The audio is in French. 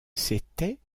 c’était